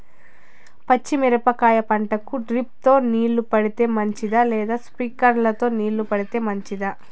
పచ్చి మిరపకాయ పంటకు డ్రిప్ తో నీళ్లు పెడితే మంచిదా లేదా స్ప్రింక్లర్లు తో నీళ్లు పెడితే మంచిదా?